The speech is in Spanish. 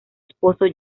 esposo